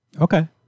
Okay